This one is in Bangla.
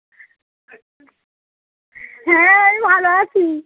হ্যাঁ আমি ভালো আছি